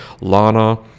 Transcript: Lana